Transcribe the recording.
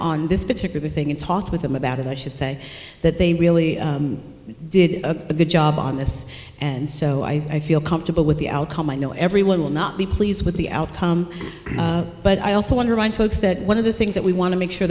on this particular thing and talked with them about it i should say that they really did a good job on this and so i feel comfortable with the outcome i know everyone will not be pleased with the outcome but i also wonder why folks that one of the things that we want to make sure